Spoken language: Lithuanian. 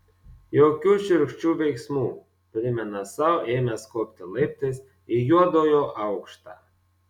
jokių šiurkščių veiksmų primena sau ėmęs kopti laiptais į juodojo aukštą